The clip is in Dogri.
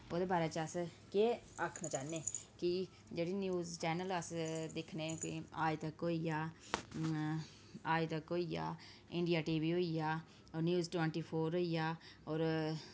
ओह्दै बारै अस केह् आखना चाह्न्नें कि जेह्ड़े न्यूज चैन्नल अस दिक्खने आज तक होई गेआ इंडिया टीवी होई गेआ न्यूज टवंटी चोर होई गेआ होर